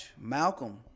Malcolm